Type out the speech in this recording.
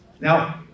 Now